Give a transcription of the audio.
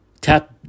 tap